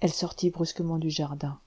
elle sortit brusquement du jardin